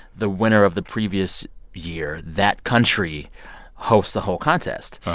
the winner of the previous year, that country hosts the whole contest.